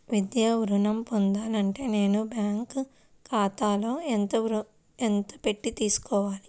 విద్యా ఋణం పొందాలి అంటే నేను బ్యాంకు ఖాతాలో ఎంత పెట్టి తీసుకోవాలి?